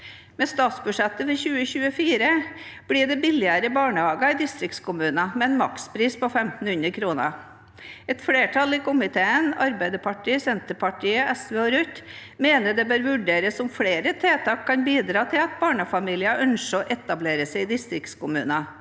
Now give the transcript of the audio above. Med statsbudsjettet for 2024 blir det billigere barnehage i distriktskommuner, med en maks pris på 1 500 kr. Et flertall i komiteen – Arbeiderpartiet, Senterpartiet, SV og Rødt – mener det bør vurderes om flere tiltak kan bidra til at barnefamilier ønsker å etablere seg i distriktskommuner,